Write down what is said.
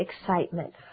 excitement